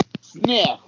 sniff